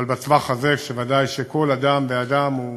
אבל בטווח הזה, כשוודאי שכל אדם ואדם הוא